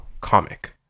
comic